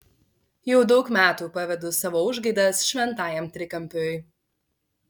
jau daug metų pavedu savo užgaidas šventajam trikampiui